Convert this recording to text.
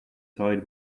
side